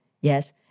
Yes